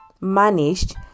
managed